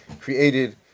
created